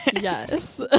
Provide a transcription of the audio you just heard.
yes